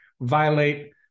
violate